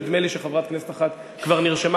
נדמה לי שחברת כנסת אחת כבר נרשמה,